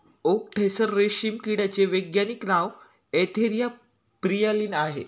okay tasar रेशीम किड्याचे वैज्ञानिक नाव अँथेरिया प्रियलीन आहे